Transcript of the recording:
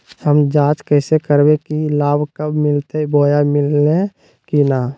हम जांच कैसे करबे की लाभ कब मिलते बोया मिल्ले की न?